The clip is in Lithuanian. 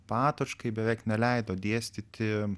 patočkai beveik neleido dėstyti